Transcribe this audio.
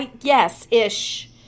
yes-ish